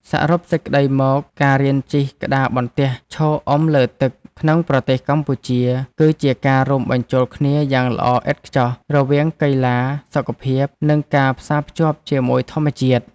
សរុបសេចក្ដីមក ការរៀនជិះក្តារបន្ទះឈរអុំលើទឹកក្នុងប្រទេសកម្ពុជា គឺជាការរួមបញ្ចូលគ្នាយ៉ាងល្អឥតខ្ចោះរវាង កីឡា សុខភាព និងការផ្សារភ្ជាប់ជាមួយធម្មជាតិ។